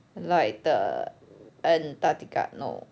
like the antarctica no